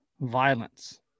violence